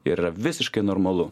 ir yra visiškai normalu